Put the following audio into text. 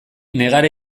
negar